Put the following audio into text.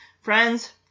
friends